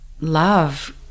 love